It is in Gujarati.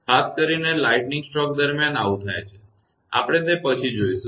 ખાસ કરીને લાઇટિંગ સ્ટ્રોક દરમિયાન આવું થાય છે આપણે તે પછી જોઇશું